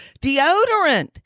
Deodorant